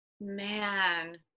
man